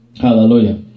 Hallelujah